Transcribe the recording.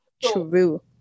True